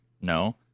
No